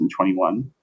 2021